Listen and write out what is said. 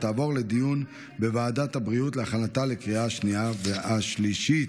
ותעבור לדיון בוועדת הבריאות להכנתה לקריאה השנייה והשלישית.